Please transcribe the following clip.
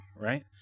right